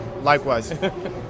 likewise